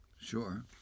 Sure